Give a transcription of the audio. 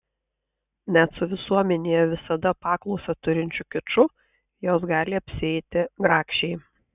net su visuomenėje visada paklausą turinčiu kiču jos gali apsieiti grakščiai